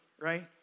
Right